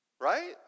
Right